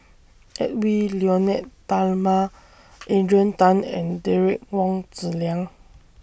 Edwy Lyonet Talma Adrian Tan and Derek Wong Zi Liang